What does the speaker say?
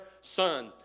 son